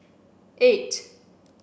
eight